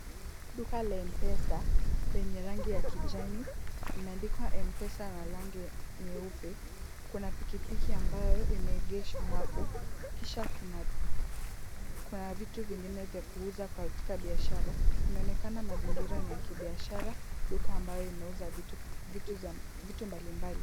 Duka la M-Pesa lenye rangi ya kijani, limeandikwa M-Pesa na rangi nyeupe. Kuna pikipiki ambayo imeegeshwa hapo, kisha kuna vitu vingine vya kuuza katika biashara. Inaonekana mazingira ni ya kibiashara. Duka ambayo inauza vitu mbalimbali.